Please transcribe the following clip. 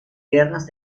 guerras